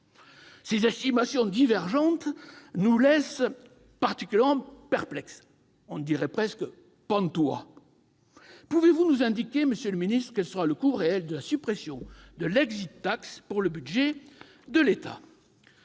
Ces estimations divergentes nous laissent particulièrement perplexes, pour ne pas dire pantois ! Pouvez-vous nous indiquer, monsieur le ministre, quel sera le coût réel de la suppression de l'pour le budget de l'État ?